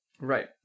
right